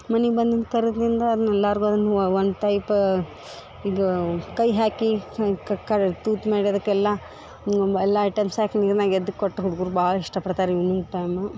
ಮನೆಗೆ ಬಂದು ಅದ್ನ್ ಕರದ್ಯಂದ್ರ ಅದ್ನೆಲ್ಲಾರಿಗು ಅದನ್ನ ಒನ್ ಟೈಪ ಇದು ಕೈ ಹಾಕಿ ಹಿಂಗೆ ಕ್ ಕ್ ತೂತು ಮಾಡಿ ಅದಕ್ಕೆಲ್ಲ ಎಲ್ಲಾ ಐಟಮ್ಸ್ ಹಾಕಿ ನೀರ್ನಗ ಎದ್ ಕೊಟ್ರೆ ಹುಡುಗುರ್ಗ ಭಾಳ ಇಷ್ಟಪಡ್ತಾರೆ ಈವ್ನಿಂಗ್ ಟೈಮು